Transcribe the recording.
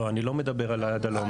לא, לא, אני לא מדבר על עד הלום.